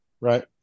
right